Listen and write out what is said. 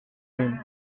him